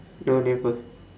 no never